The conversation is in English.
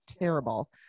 terrible